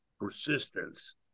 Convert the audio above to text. persistence